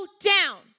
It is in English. down